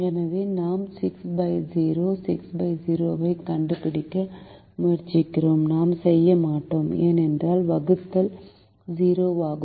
எனவே நாம் 60 60 ஐக் கண்டுபிடிக்க முயற்சிக்கிறோம் நாம் செய்ய மாட்டோம் ஏனென்றால் வகுத்தல் 0 ஆகும்